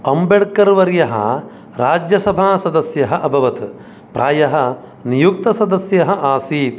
अम्बेड्कर् वर्यः राज्यसभासदस्यः अभवत् प्रायः नियुक्तसदस्यः आसीत्